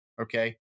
okay